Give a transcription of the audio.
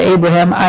Abraham